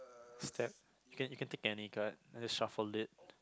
step you can you can take any card just shuffle it